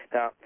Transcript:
Now